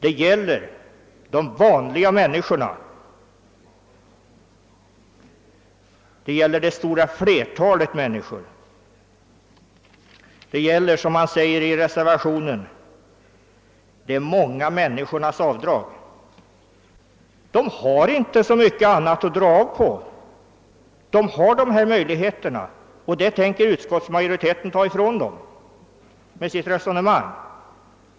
Det gäller de vanliga människorna, det stora flertalet, och som det framhålles i reservationen är det fråga om »de många människornas avdrag». De har inte så mycket att dra av på och utskottsmajoriteten tänker ta ifrån dem de möjligheter som nu finns.